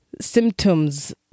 symptoms